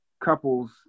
couples